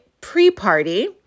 pre-party